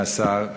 אדוני השר,